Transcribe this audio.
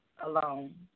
alone